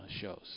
shows